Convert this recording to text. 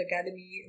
Academy